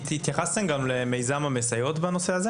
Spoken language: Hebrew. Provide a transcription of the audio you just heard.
התייחסתם בהסכם גם למיזם המסייעות בנושא הזה?